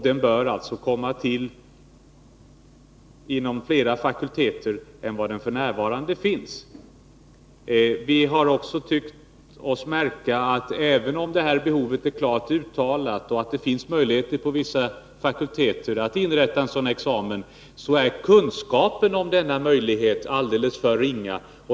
Den bör alltså komma till inom flera fakulteter än där den f. n. finns. Vi har också tyckt oss märka att även om det här behovet är klart uttalat, och det finns möjligheter inom vissa fakulteter att inrätta en sådan här examen, är kunskapen om denna möjlighet alldeles för ringa.